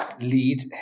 Lead